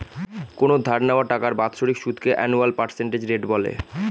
কোনো ধার নেওয়া টাকার বাৎসরিক সুদকে আনুয়াল পার্সেন্টেজ রেট বলে